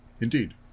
indeed